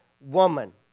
woman